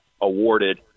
awarded